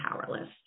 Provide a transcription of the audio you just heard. powerless